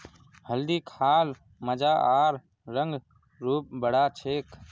हल्दी खा ल मजा आर रंग रूप बढ़ा छेक